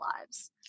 lives